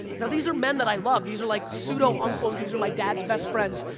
now these are men that i love, these are like pseudo-uncles, these are my dad's best friends,